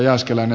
palataan